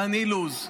דן אילוז,